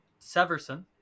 Severson